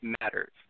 matters